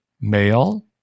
male